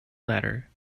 ladder